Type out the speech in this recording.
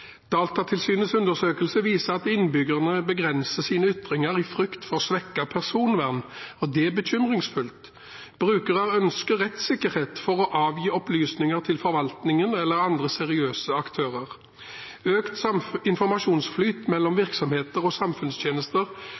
undersøkelse viser at innbyggerne begrenser sine ytringer i frykt for svekket personvern. Det er bekymringsfullt. Brukere ønsker rettssikkerhet for å avgi opplysninger til forvaltningen eller andre seriøse aktører. Økt informasjonsflyt mellom virksomheter og samfunnstjenester